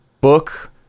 book